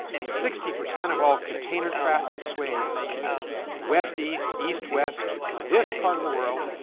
sixty percent of all container traffic swings west-east, east-west. in this part of the world,